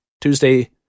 Tuesday